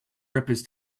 rippers